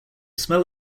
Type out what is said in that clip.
smell